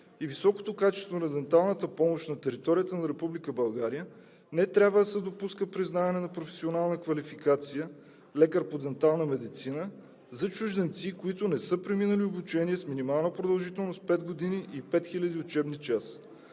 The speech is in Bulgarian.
и високото качество на денталната помощ на територията на Република България не трябва да се допуска признаване на професионална квалификация „лекар по дентална медицина“ за чужденци, които не са преминали обучение с минимална продължителност пет години и пет хиляди учебни часа.